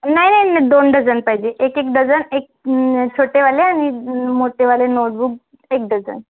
नाही नाही दोन डझन पाहिजे एक एक डझन एक छोटेवाले आणि मोठेवाले नोटबूक एक डझन